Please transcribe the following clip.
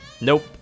Nope